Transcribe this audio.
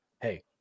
hey